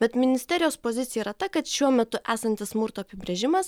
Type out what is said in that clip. bet ministerijos pozicija yra ta kad šiuo metu esantis smurto apibrėžimas